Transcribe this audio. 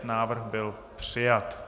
Návrh byl přijat.